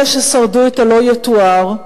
אלה ששרדו את הלא-יתואר,